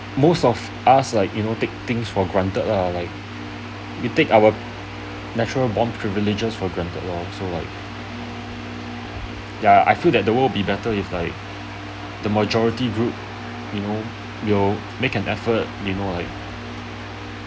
most of us like you know take things for granted lah like you take our natural born privileges for granted lor so like ya I feel the world be better if like the majority group you know will make an effort you know like